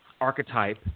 archetype